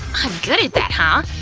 i'm good at that, huh?